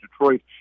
Detroit